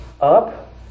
Up